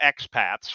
expats